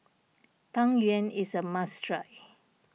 Tang Yuen is a must try